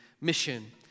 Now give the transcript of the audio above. mission